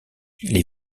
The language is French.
les